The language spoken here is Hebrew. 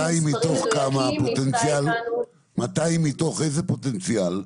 מדויקים -- 200 מתוך איזה פוטנציאל?